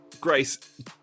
Grace